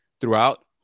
throughout